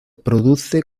produce